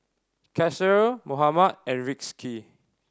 Kasih Muhammad and Rizqi